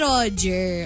Roger